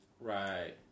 Right